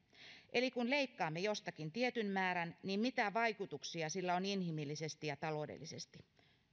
eli kun leikkaamme jostakin tietyn määrän mitä vaikutuksia sillä on inhimillisesti ja taloudellisesti